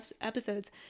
episodes